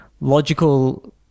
logical